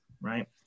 Right